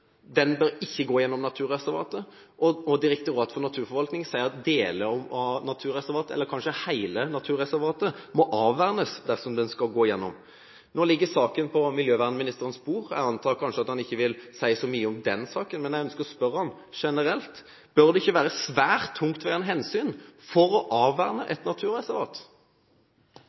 ikke bør gå gjennom naturreservatet, og Direktoratet for naturforvaltning sier at deler av naturreservatet, eller kanskje hele, må avvernes dersom den skal gå gjennom. Nå ligger saken på miljøvernministerens bord. Jeg antar at han kanskje ikke vil si så mye om den saken, men jeg ønsker å spørre ham generelt: Bør det ikke kreves svært tungtveiende grunner for å avverne et naturreservat?